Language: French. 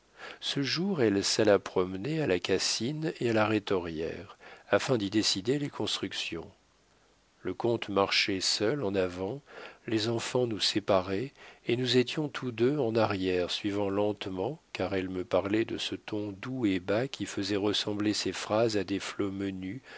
ce jour elle s'alla promener à la cassine et à la rhétorière afin d'y décider les constructions le comte marchait seul en avant les enfants nous séparaient et nous étions tous deux en arrière suivant lentement car elle me parlait de ce ton doux et bas qui faisait ressembler ses phrases à des flots menus